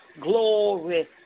glory